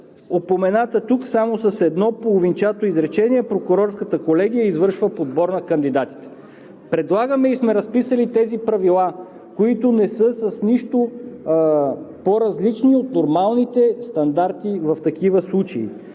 упомената тук само с едно половинчато изречение: „прокурорската колегия извършва подбор на кандидатите“. Предлагаме и сме разписали тези правила, които не са с нищо по-различни от нормалните стандарти в такива случаи.